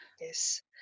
yes